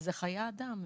וזה חיי אדם.